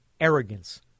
arrogance